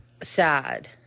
sad